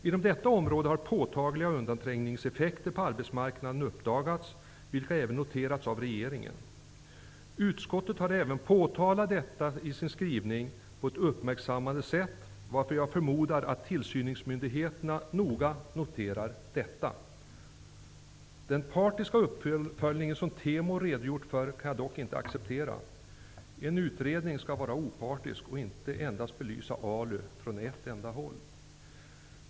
Inom detta område har påtagliga undanträngningseffekter på arbetsmarknaden uppdagats, vilket även noterats av regeringen. Utskottet har även påtalat detta i sin skrivning på ett uppmärksammande sätt, varför jag förmodar att tillsynsmyndigheterna noga noterar detta. Den partiska uppföljningen, som TEMO redogjort för, kan jag dock inte acceptera. En utredning skall vara opartisk och inte belysa ALU från ett enda håll.